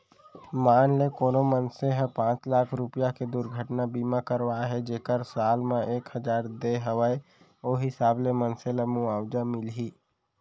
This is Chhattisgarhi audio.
मान ले कोनो मनसे ह पॉंच लाख रूपया के दुरघटना बीमा करवाए हे जेकर साल म एक हजार दे हवय ओ हिसाब ले मनसे ल मुवाजा मिलही